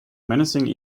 menacing